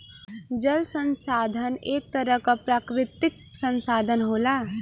जल संसाधन एक तरह क प्राकृतिक संसाधन होला